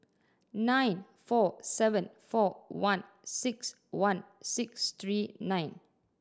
nine four seven four one six one six three nine